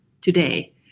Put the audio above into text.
today